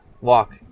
walk